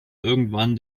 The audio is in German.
irgendwann